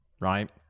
right